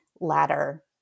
ladder